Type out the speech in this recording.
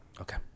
Okay